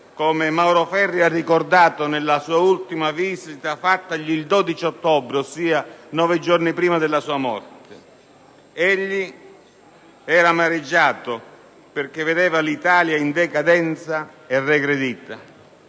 come Mauro Ferri ha ricordato nella sua ultima visita fattagli il 12 ottobre, ossia nove giorni prima della sua morte: egli era amareggiato perché vedeva l'Italia in decadenza e regredita.